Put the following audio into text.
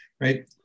right